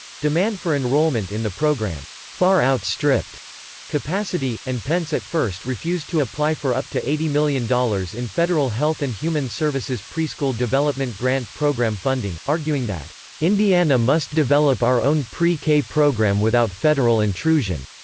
demand for enrollment in the program far outstripped capacity, and pence at first refused to apply for up to eighty million dollars in federal health and human services preschool development grant program funding, arguing that indiana must develop our own pre-k program program without federal intrusion.